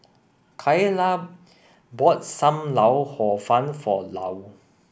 Kaela bought Sam Lau Hor Fun for Lou